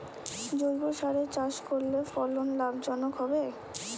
জৈবসারে চাষ করলে ফলন লাভজনক হবে?